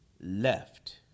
left